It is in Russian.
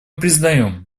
признаем